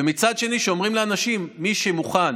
ומצד שני כשאומרים לאנשים: מי שמוכן